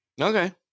okay